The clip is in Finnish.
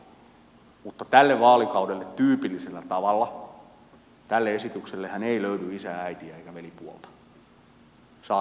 on varmasti sovittu mutta tälle vaalikaudelle tyypillisellä tavalla tälle esityksellehän ei löydy isää äitiä eikä velipuolta saatikka sitten lapsenlasta